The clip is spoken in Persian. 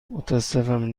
متاسفم